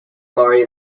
mario